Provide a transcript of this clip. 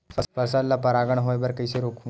फसल ल परागण होय बर कइसे रोकहु?